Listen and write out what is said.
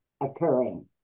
occurring